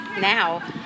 now